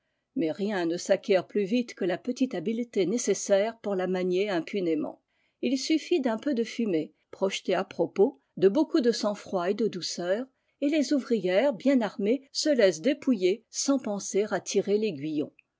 mais rien ne s'acquiert plus vite que la petite habileté nécessaire pour la manier impunément il suffit d'un peu de fumée projetée à propos de beaucoup de sang-froid et de douceur et les ouvrières bien armées se laissent dépouiller sans penser à tirer taiguillon